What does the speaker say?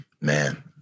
man